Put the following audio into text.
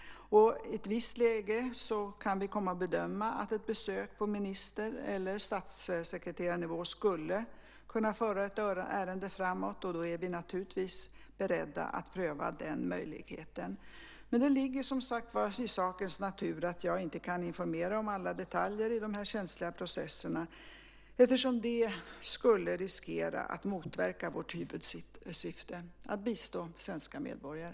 I ett visst läge kan vi komma att bedöma att ett besök på minister eller statssekreterarnivå skulle kunna föra ett ärende framåt, och då är vi naturligtvis beredda att pröva den möjligheten. Men nu ligger som sagt var i sakens natur att jag inte kan informera om alla detaljer i de här känsliga processerna, eftersom det skulle riskera att motverka vårt huvudsyfte: att bistå svenska medborgare.